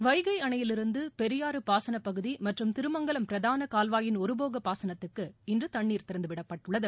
வைகை அணையிலிருந்து பெரியாறு பாசனப் பகுதி மற்றும் திருமங்கலம் பிரதான கால்வாயின் ஒருபோக பாசனத்துக்கு இன்று தண்ணீர் திறந்துவிடப்பட்டுள்ளது